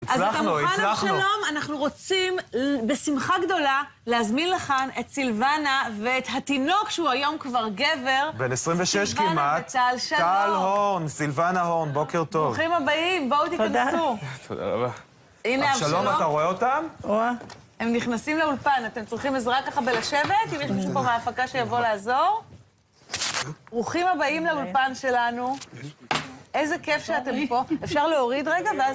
אז אתה מוכן אבשלום, אנחנו רוצים, בשמחה גדולה, להזמין לכאן את סילבנה ואת התינוק, שהוא היום כבר גבר. בן 26 כמעט. סילבנה וטל, שלום! טל הורן, סילבנה הורן, בוקר טוב. ברוכים הבאים, בואו תיכנסו. תודה רבה. הנה אבשלום. אבשלום, אתה רואה אותם? רואה. הם נכנסים לאולפן, אתם צריכים עזרה ככה בלשבת, אם יש מישהו פה מהפקה שיבוא לעזור. ברוכים הבאים לאולפן שלנו. איזה כיף שאתם פה. אפשר להוריד רגע?